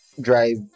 drive